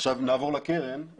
עכשיו נעבור לקרן,